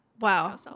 Wow